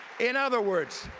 in other words,